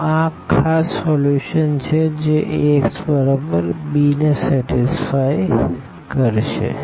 તો આ ખાસ સોલ્યુશનછે જે Ax બરાબર b ને સેટીસફાઈ કરશે